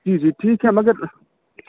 جی جی ٹھیک ہے مگر